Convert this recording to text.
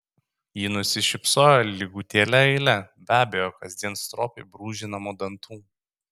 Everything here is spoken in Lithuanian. ji nusišypsojo lygutėle eile be abejo kasdien stropiai brūžinamų dantų